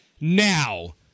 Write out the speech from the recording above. Now